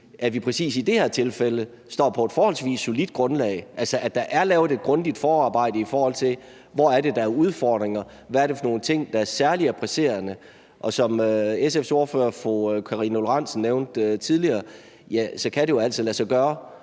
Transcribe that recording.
at vi præcis i det her tilfælde står på et forholdsvis solidt grundlag, altså at der er lavet et grundigt forarbejde, i forhold til hvor det er, der er udfordringer, og hvad det er for nogle ting, der er særlig presserende. Som SF's ordfører, fru Karina Lorentzen Dehnhardt, nævnte tidligere, kan det jo altså lade sig gøre